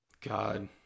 God